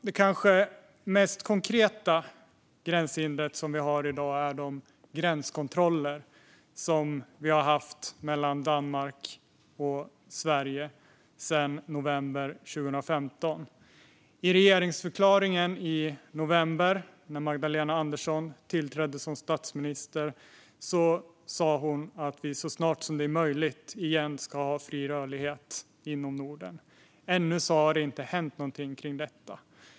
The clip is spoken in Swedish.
Det kanske mest konkreta gränshindret vi har i dag är de gränskontroller som vi har haft mellan Danmark och Sverige sedan november 2015. I regeringsförklaringen i november, när Magdalena Andersson tillträdde som statsminister, sa hon att vi så snart som möjligt ska ha fri rörlighet igen inom Norden. Ännu har inget hänt.